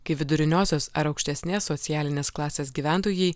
kai viduriniosios ar aukštesnės socialinės klasės gyventojai